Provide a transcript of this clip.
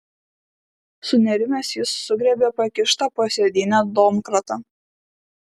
sunerimęs jis sugriebė pakištą po sėdyne domkratą